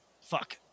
Fuck